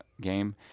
game